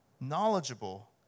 knowledgeable